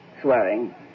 swearing